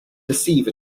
deceive